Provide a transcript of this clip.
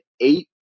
eight